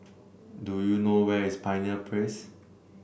do you know where is Pioneer Place